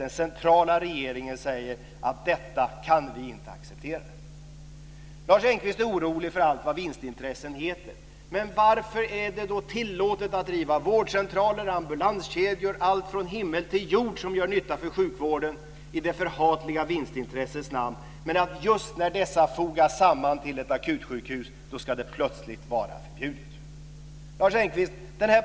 Den centrala regeringen säger i stället: Detta kan vi inte acceptera. Lars Engqvist är orolig för allt vad vinstintressen heter. Men varför är det då tillåtet att driva vårdcentraler, ambulanskedjor och allt mellan himmel och jord som gör nytta för sjukvården i det förhatliga vinstintressets namn? Just när dessa fogas samman till ett akutsjukhus ska det ju tydligen plötsligt vara förbjudet. Lars Engqvist!